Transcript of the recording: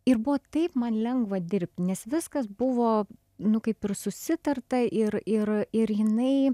ir buvo taip man lengva dirbti nes viskas buvo nu kaip ir susitarta ir ir ir jinai